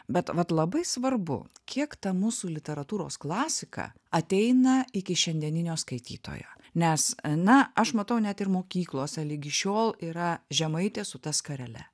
bet vat labai svarbu kiek ta mūsų literatūros klasika ateina iki šiandieninio skaitytojo nes na aš matau net ir mokyklose ligi šiol yra žemaitė su ta skarele